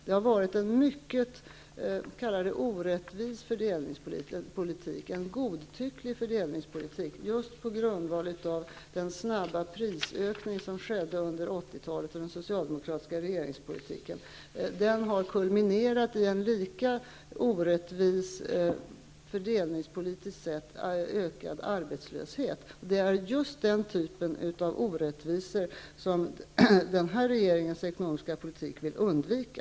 Det har varit en mycket orättvis och godtycklig fördelningspolitik, just på grundval av den snabba prisökning som skedde under 80-talet, under den socialdemokratiska regeringspolitiken. Den har kulminerat i en lika orättvis, fördelningspolitiskt sett, ökad arbetslöshet, och det är just den typen av orättvisor som den här regeringens ekonomiska politik vill undvika.